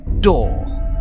door